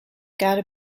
gotta